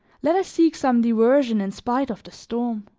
let us seek some diversion in spite of the storm.